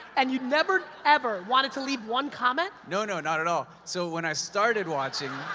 and you never, ever wanted to leave one comment? no, no, not at all. so, when i started watching.